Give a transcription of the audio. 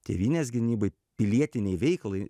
tėvynės gynybai pilietinei veiklai